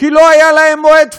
כי לא היה להם מועד תפוגה.